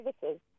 services